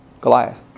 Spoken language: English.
Goliath